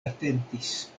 atentis